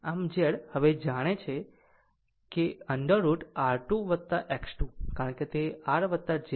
આમ Z હવે જાણે છે √ ઉપર r R2 X2 કારણ કે તે r R jX છે